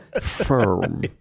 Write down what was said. Firm